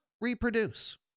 reproduce